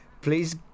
Please